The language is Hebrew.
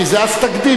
כי זה אז תקדים,